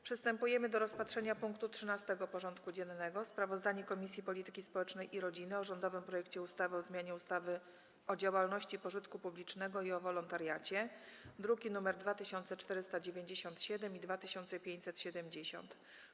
Przystępujemy do rozpatrzenia punktu 13. porządku dziennego: Sprawozdanie Komisji Polityki Społecznej i Rodziny o rządowym projekcie ustawy o zmianie ustawy o działalności pożytku publicznego i o wolontariacie (druki nr 2497 i 2570)